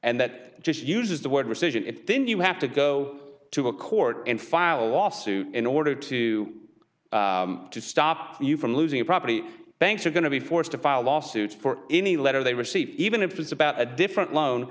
and that just uses the word rescission it then you have to go to a court and file a lawsuit in order to stop you from losing property banks are going to be forced to file lawsuits for any letter they receive even if it's about a different loan